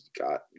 got